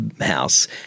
house